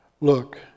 look